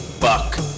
buck